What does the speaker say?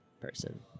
person